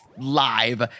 live